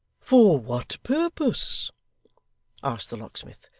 for what purpose asked the locksmith.